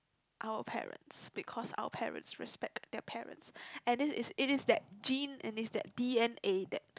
our parents because our parents respect their parents and it is it is that gene and is that D_N_A that